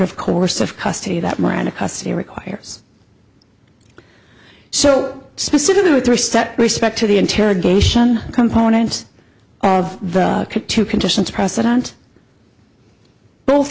of course of custody that miranda custody requires so specific to three step respect to the interrogation components of the two conditions precedent both